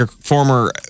Former